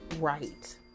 right